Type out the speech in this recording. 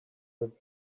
that